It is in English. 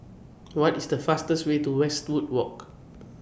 What IS The fastest Way to Westwood Walk